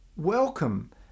welcome